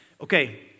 Okay